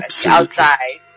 outside